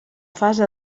fase